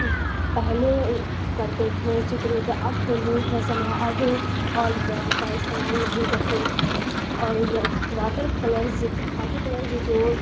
پہلے کرتے تھے چتر اب تو نیو فیشن ہے اب اولڈ پینٹ کا استعمال نہیں کرتے اور یہ واٹر کلرس واٹر کلرز جو